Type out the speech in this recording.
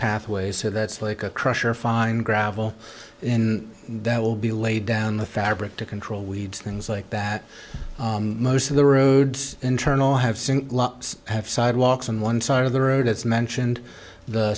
pathways so that's like a crusher fine gravel in that will be laid down the fabric to control weeds things like that most of the roads internal have sync have sidewalks on one side of the road as mentioned the